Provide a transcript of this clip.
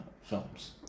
films